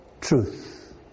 truth